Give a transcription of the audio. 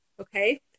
Okay